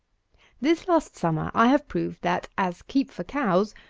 this last summer, i have proved that, as keep for cows,